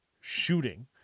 shooting